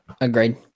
agreed